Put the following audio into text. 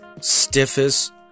stiffest